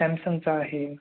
सॅमसंगचा आहे